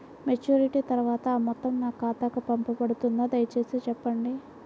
Maturity తర్వాత ఆ మొత్తం నా ఖాతాకు పంపబడుతుందా? దయచేసి చెప్పండి?